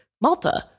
Malta